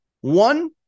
One